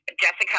Jessica